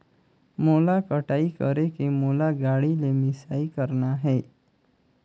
मोला कटाई करेके मोला गाड़ी ले मिसाई करना हे?